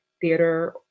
Theater